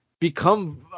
become